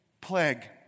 plague